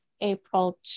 April